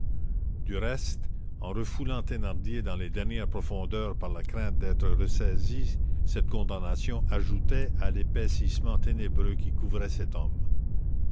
du reste en refoulant thénardier dans les dernières profondeurs par la crainte d'être ressaisi cette condamnation ajoutait à l'épaississement ténébreux qui couvrait cet homme